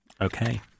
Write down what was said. Okay